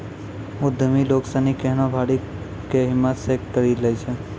उद्यमि लोग सनी केहनो भारी कै हिम्मत से करी लै छै